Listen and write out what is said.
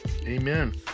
amen